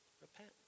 repent